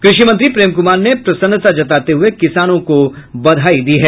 कृषि मंत्री प्रेम कुमार ने प्रसन्नता जताते हुए किसानों को बधाई दी है